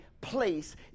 place